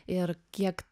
ir kiek